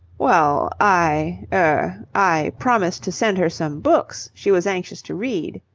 well, i er i promised to send her some books she was anxious to read.